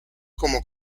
como